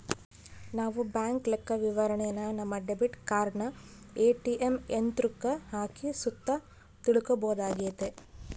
ನಾವು ಬ್ಯಾಂಕ್ ಲೆಕ್ಕವಿವರಣೆನ ನಮ್ಮ ಡೆಬಿಟ್ ಕಾರ್ಡನ ಏ.ಟಿ.ಎಮ್ ಯಂತ್ರುಕ್ಕ ಹಾಕಿ ಸುತ ತಿಳ್ಕಂಬೋದಾಗೆತೆ